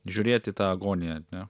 žiūrėt į tą agoniją ar ne